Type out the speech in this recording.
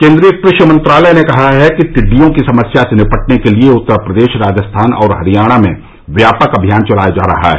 केन्द्रीय क्रषि मंत्रालय ने कहा है कि टिड्डियों की समस्या से निपटने के लिए उत्तर प्रदेश राजस्थान और हरियाणा में व्यापक अभियान चलाया जा रहा है